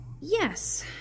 Yes